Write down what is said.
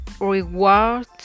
rewards